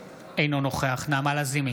אינו נוכח יריב לוין, אינו נוכח נעמה לזימי,